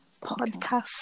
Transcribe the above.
podcast